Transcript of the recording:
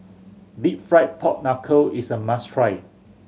Deep Fried Pork Knuckle is a must try